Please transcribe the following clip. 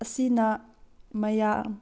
ꯑꯁꯤꯅ ꯃꯌꯥꯝ